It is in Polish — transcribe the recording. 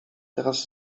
teraz